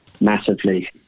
Massively